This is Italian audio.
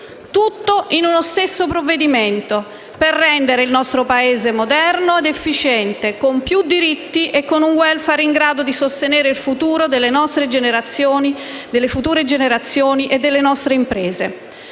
tutto in uno stesso provvedimento, per rendere il nostro Paese moderno ed efficiente, con più diritti e con un welfare in grado di sostenere il futuro delle prossime generazioni e delle nostre imprese.